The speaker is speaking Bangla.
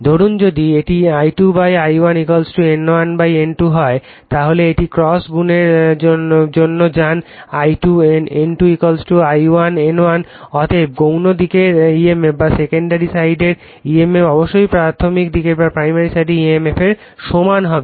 ধরুন যদি এটি I2 I1 N1 N2 হয় তাহলে একটি ক্রস গুণের জন্য যান I2 N2 I1 N1 অতএব গৌণ দিকের emf অবশ্যই প্রাথমিক দিকের emf এর সমান হবে